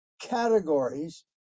categories